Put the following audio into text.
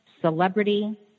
celebrity